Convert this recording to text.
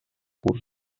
curs